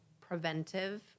preventive